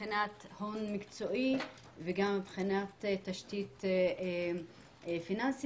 מבחינת הון מקצועי וגם מבחינת תשתית פיננסית.